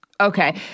Okay